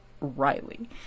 Riley